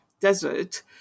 desert